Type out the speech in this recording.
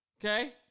Okay